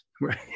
Right